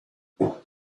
book